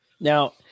now